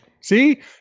See